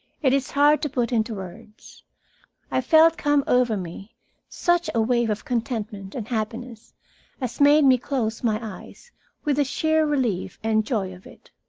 it is hard to put into words i felt come over me such a wave of contentment and happiness as made me close my eyes with the sheer relief and joy of it.